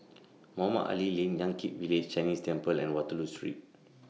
Mohamed Ali Lane Yan Kit Village Chinese Temple and Waterloo Street